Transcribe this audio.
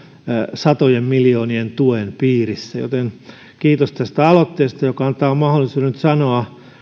satojen miljoonien tuen piirissä joten kiitos tästä aloitteesta joka antaa mahdollisuuden nyt sanoa